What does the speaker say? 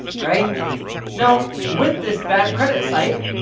alright now, with this bad credit site,